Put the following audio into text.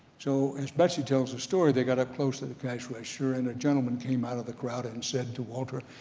so as betsy tells the story they got up close to the cash register and a gentleman came out of the crowd and said to walter,